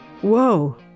whoa